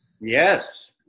Yes